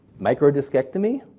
Microdiscectomy